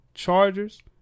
Chargers